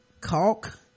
caulk